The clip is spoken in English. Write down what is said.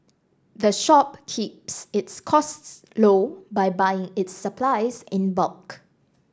the shop keeps its costs low by buying its supplies in bulk